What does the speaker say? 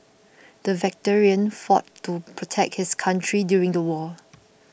the veteran fought to protect his country during the war